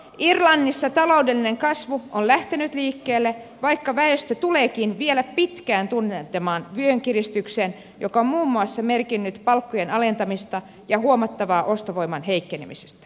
irlannissa taloudellinen kasvu on lähtenyt liikkeelle vaikka väestö tuleekin vielä pitkään tuntemaan vyönkiristyksen joka on muun muassa merkinnyt palkkojen alentamista ja huomattavaa ostovoiman heikkenemistä